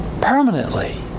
permanently